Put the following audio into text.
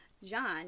John